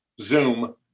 zoom